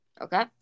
Okay